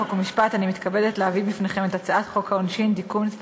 חוק ומשפט אני מתכבדת להביא בפניכם את הצעת חוק העונשין (תיקון מס'